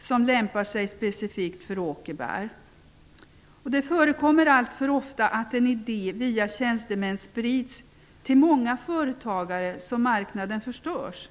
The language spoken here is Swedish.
som lämpar sig specifikt för åkerbär. Det förekommer alltför ofta att en idé, via tjänstemän, sprids till så många företagare att marknaden förstörs.